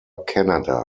canada